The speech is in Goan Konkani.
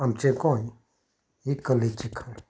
आमचें गोंय ही कलेची खण